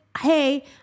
Hey